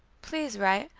please write,